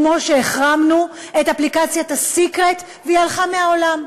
כמו שהחרמנו את אפליקציית "סיקרט" והיא הלכה מהעולם,